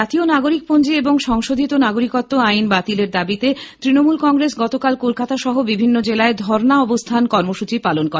জাতীয় নাগরিক পঞ্জি এবং সংশোধিত নাগরিকত্ত্ব আইন বাতিলের দাবিতে তৃণমূল কংগ্রেস গতকাল কলকাতা সহ বিভিন্ন জেলায় ধর্ণা অবস্থান কর্মসূচী পালন করে